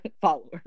followers